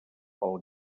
pel